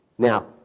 now